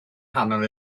nghanol